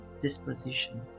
disposition